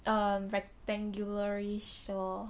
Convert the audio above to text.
a rectangular-ish or